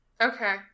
Okay